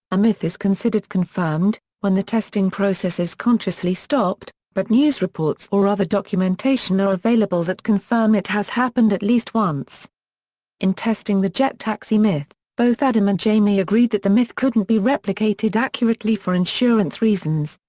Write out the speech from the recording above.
a myth is considered confirmed when the testing process is consciously stopped, but news reports or other documentation are available that confirm it has happened at least once in testing the jet taxi myth, both adam and jamie agreed that the myth couldn't be replicated accurately for insurance reasons,